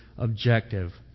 objective